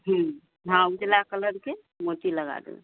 हूँ हँ उजला कलरके मोती लगा देबै